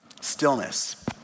Stillness